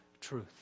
truth